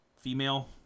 female